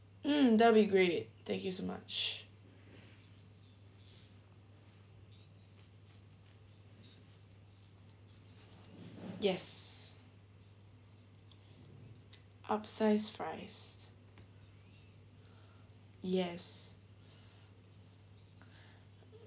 mm that would be great thank you so much yes upsize fries yes